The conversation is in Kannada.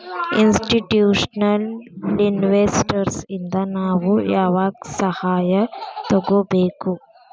ಇನ್ಸ್ಟಿಟ್ಯೂಷ್ನಲಿನ್ವೆಸ್ಟರ್ಸ್ ಇಂದಾ ನಾವು ಯಾವಾಗ್ ಸಹಾಯಾ ತಗೊಬೇಕು?